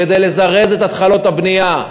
כדי לזרז את התחלות הבנייה,